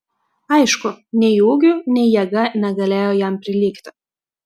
aišku nei ūgiu nei jėga negalėjo jam prilygti